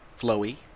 flowy